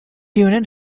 unit